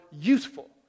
useful